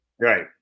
right